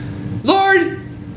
lord